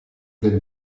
del